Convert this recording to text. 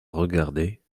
regardait